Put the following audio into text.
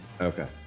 Okay